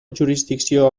jurisdicció